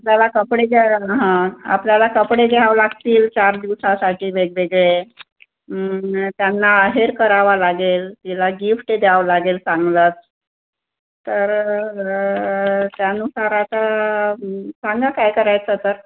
आपल्याला कपडे घ्या हं आपल्याला कपडे घ्यावं लागतील चार दिवसासाठी वेगवेगळे त्यांना आहेर करावा लागेल तिला गिफ्ट द्यावं लागेल चांगलंच तर त्यानुसार आता सांगा काय करायचं तर